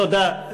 תודה.